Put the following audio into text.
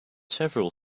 several